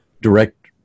direct